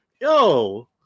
yo